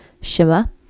shimmer